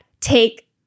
take